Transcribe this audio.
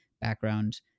background